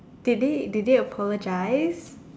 did they did they apologize